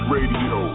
Radio